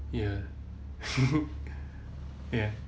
ya ya